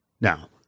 now